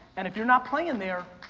and if you're not playing there,